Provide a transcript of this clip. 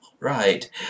Right